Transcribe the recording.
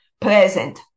present